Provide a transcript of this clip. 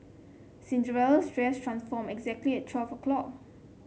Cinderella's dress transformed exactly at twelve o'clock